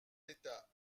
d’état